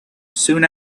soon